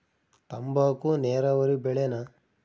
ತಂಬಾಕು ನೇರಾವರಿ ಬೆಳೆನಾ?